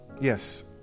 Yes